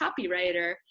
copywriter